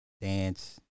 dance